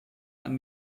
ein